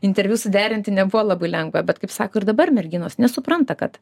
interviu suderinti nebuvo labai lengva bet kaip sako ir dabar merginos nesupranta kad